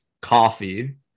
coffee